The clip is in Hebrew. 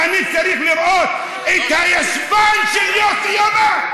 ואני צריך לראות את הישבן של יוסי יונה?